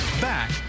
Back